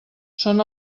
són